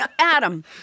Adam